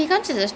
mm